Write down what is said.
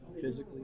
physically